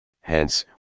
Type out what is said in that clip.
hence